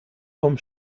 vom